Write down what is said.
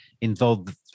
involved